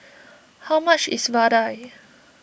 how much is Vadai